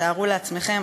תארו לעצמכם,